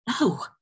No